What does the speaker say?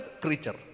creature